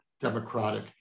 democratic